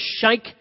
shake